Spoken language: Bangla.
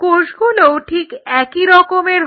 কোষগুলোও ঠিক একই রকমের হয়